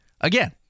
again